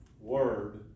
word